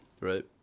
Right